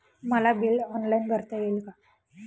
मला bill online भरता येईल का?